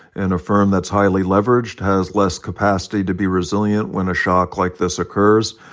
and a firm that's highly leveraged has less capacity to be resilient when a shock like this occurs.